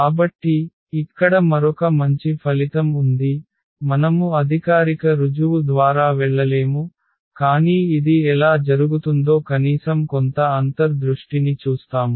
కాబట్టి ఇక్కడ మరొక మంచి ఫలితం ఉంది మనము అధికారిక రుజువు ద్వారా వెళ్ళలేము కానీ ఇది ఎలా జరుగుతుందో కనీసం కొంత అంతర్ ని చూస్తాము